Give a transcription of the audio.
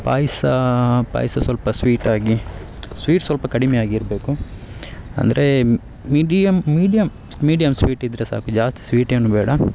ಪಾಯಸ ಪಾಯಸ ಸ್ವಲ್ಪ ಸ್ವೀಟ್ ಆಗಿ ಸ್ವೀಟ್ ಸ್ವಲ್ಪ ಕಡಿಮೆ ಆಗಿರಬೇಕು ಅಂದರೆ ಮೀಡಿಯಮ್ ಮೀಡಿಯಮ್ ಮೀಡಿಯಮ್ ಸ್ವೀಟ್ ಇದ್ದರೆ ಸಾಕು ಜಾಸ್ತಿ ಸ್ವೀಟ್ ಏನು ಬೇಡ